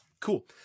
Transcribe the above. Cool